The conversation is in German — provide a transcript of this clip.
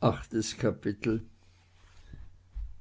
achtes kapitel